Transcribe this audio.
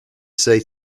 say